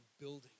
building